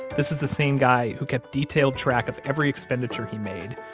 this is the same guy who kept detailed track of every expenditure he made,